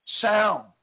sound